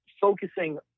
focusing